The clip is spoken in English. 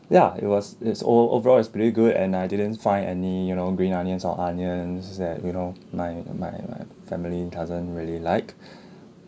ya it was it's ov~ overall is pretty good and I didn't find any you know green onions or onions is that you know my my my family doesn't really like